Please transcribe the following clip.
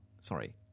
Sorry